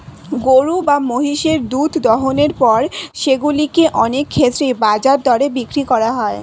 গরু বা মহিষের দুধ দোহনের পর সেগুলো কে অনেক ক্ষেত্রেই বাজার দরে বিক্রি করা হয়